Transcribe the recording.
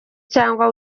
cyangwa